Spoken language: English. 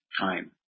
time